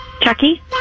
Chucky